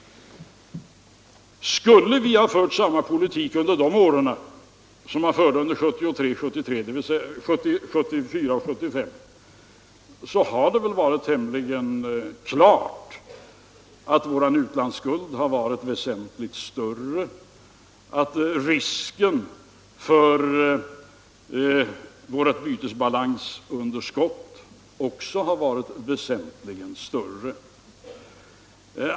Skulle vi ha fört samma politik under dessa år som under 1974-1975 så är det tämligen klart att vår utlandsskuld skulle ha varit väsentligt större och att risken för ett bytesbalansunderskott också hade varit väsentligt större.